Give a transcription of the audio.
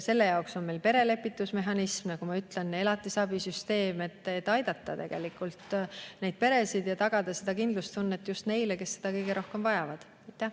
Selle jaoks on meil perelepitusmehhanism, nagu ma ütlesin, [on ka] elatisabisüsteem, et aidata neid peresid ja tagada seda kindlustunnet just neile, kes seda kõige rohkem vajavad.